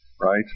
right